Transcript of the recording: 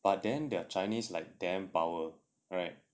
but then their chinese like damn power right